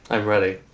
i'm ready